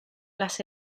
las